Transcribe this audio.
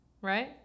right